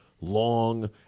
Long